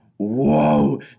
whoa